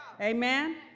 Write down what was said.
Amen